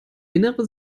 innere